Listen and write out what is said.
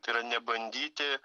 tai yra nebandyti